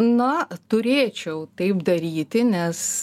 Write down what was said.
na turėčiau taip daryti nes